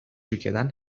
ülkeden